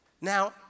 Now